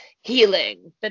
healing